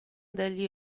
degli